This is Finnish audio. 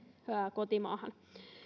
kotimaahan